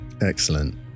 Excellent